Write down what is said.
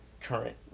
current